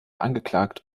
angeklagt